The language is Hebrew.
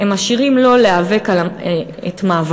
הם משאירים לו להיאבק את מאבקו,